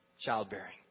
childbearing